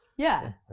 yeah,